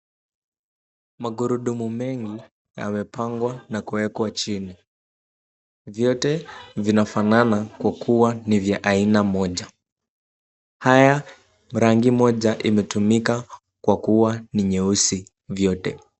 Magurudumu mengi yamepangwa na kuwekwa chini. Vyote vinafanana kwa kuwa ni vya aina moja. Haya rangi moja imetumika kwa kuwa ni nyeusi yote.